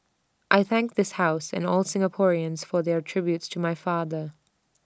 I thank this house and all Singaporeans for their tributes to my father